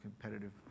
competitive